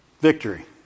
victory